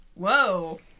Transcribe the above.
Whoa